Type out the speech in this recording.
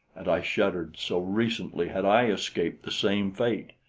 and i shuddered, so recently had i escaped the same fate.